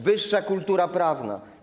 Wyższa kultura prawna.